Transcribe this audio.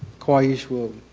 quraysh will